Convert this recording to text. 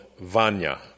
Vanya